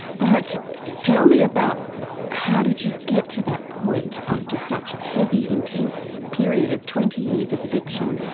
but tell me about how did you get to that point after such a heavy, intense period of twenty years of addiction,